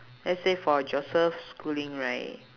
let's say for joseph schooling right